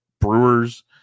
Brewers